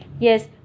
Yes